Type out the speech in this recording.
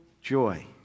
joy